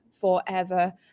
forever